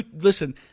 listen